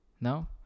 No